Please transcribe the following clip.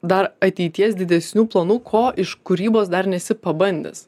dar ateities didesnių planų ko iš kūrybos dar nesi pabandęs